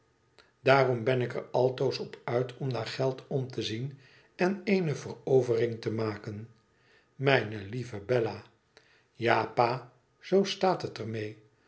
daarom ben ik er altoos op uit om naar geld om te zien en eene verovering te maken mijne lieve bella ja pa zoo staat het er